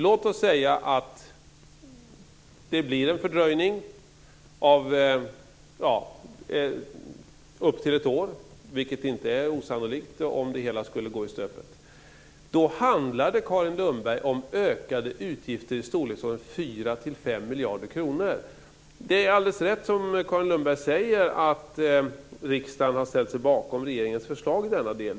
Låt oss säga att det blir en fördröjning med upp till ett år, vilket inte är osannolikt om det hela skulle gå i stöpet. Då handlar det, Carin Lundberg, om ökade utgifter i storleksordningen 4-5 miljarder kronor! Det är alldeles rätt som Carin Lundberg säger: Riksdagen har ställt sig bakom regeringens förslag i denna del.